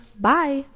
Bye